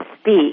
speak